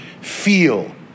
feel